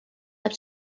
näeb